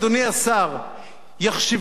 יחשבו הדוקטורים,